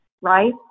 right